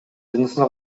жынысына